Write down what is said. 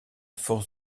force